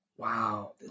Wow